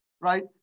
right